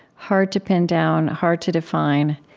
hard to pin down, hard to define,